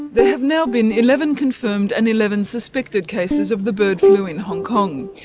there have now been eleven confirmed and eleven suspected cases of the bird flu in hong kong,